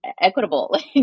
equitable